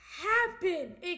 happen